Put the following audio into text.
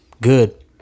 good